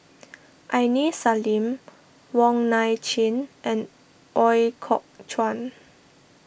Aini Salim Wong Nai Chin and Ooi Kok Chuen